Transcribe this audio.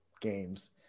games